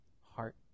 heart